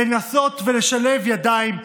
לנסות ולשלב ידיים,